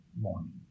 morning